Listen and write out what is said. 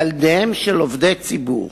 ילדיהם של עובדי ציבור,